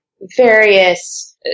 various